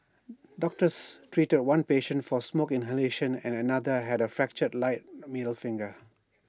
doctors treated one patient for smoke inhalation and another had A fractured right middle finger